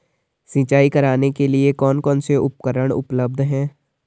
सिंचाई करने के लिए कौन कौन से उपकरण उपलब्ध हैं?